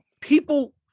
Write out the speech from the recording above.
people